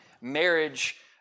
marriage